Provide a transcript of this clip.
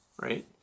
right